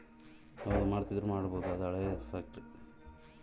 ಆ ಕಾಲ್ದಾಗೆ ನಮ್ ತಾತನ್ ತಮ್ಮ ಬೆಳಗಾಂ ಸಕ್ರೆ ಫ್ಯಾಕ್ಟರಾಗ ಕೆಲಸ ಮಾಡ್ತಿದ್ನಂತೆ